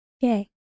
Yay